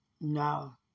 No